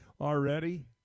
Already